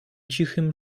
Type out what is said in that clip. cichym